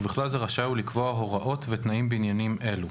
ובכלל זה רשאי הוא לקבוע הוראות ותנאים בעניינים אלה: